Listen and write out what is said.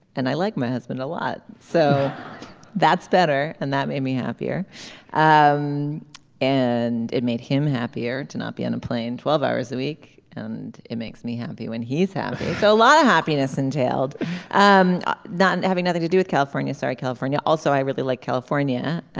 and i like my husband a lot so that's better. and that made me happier um and it made him happier to not be on a plane twelve hours a week and it makes me happy when he's had a so lot of happiness entailed um not having nothing to do with california. sorry california also i really like california